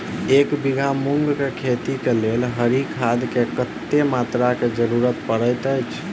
एक बीघा मूंग केँ खेती केँ लेल हरी खाद केँ कत्ते मात्रा केँ जरूरत पड़तै अछि?